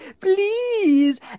Please